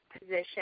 position